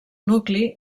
nucli